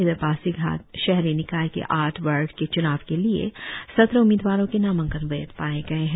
इधर पासीघाट शहरी निकाय की आठ वार्ड के च्नाव के लिए सत्रह उम्मीदवारों के नामांकन वैध पाए गए हैं